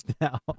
now